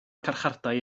carchardai